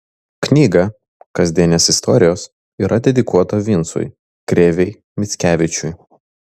knyga kasdienės istorijos yra dedikuota vincui krėvei mickevičiui